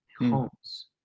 homes